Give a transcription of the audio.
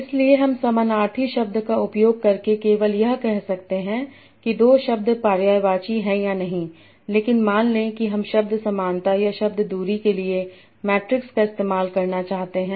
इसलिएहम समानार्थी शब्द का उपयोग करके केवल यह कह सकते हैं कि दो शब्द पर्यायवाची हैं या नहीं लेकिन मान लें कि हम शब्द समानता या शब्द दूरी के लिए मैट्रिक्स का इस्तेमाल करना चाहते हैं